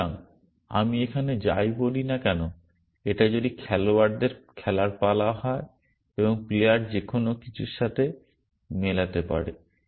সুতরাং আমি এখানে যাই বলি না কেন এটা যদি খেলোয়াড়দের খেলার পালা হয় এবং প্লেয়ার যে কোনও কিছুর সাথে মেলাতে পারে